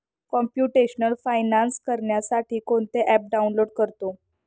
computational finance करण्यासाठी कोणते app download करतो